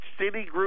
Citigroup